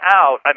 out